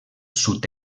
sud